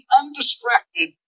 undistracted